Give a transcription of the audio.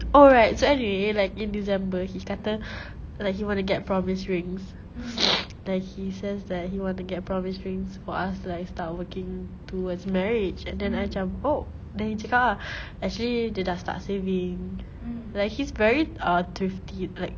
oh right so anyway like in december he kata like he wanna get promise rings that he says that he want to get promise rings for us like start working towards marriage and then I macam oh then he cakap ah actually dia dah start saving like he's very uh thrifty like